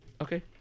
Okay